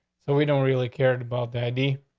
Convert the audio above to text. so we don't really cared about the i. d.